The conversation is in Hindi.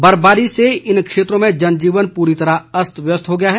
बर्फबारी से इन क्षेत्रों में जनजीवन पूरी तरह अस्त व्यस्त हो गया है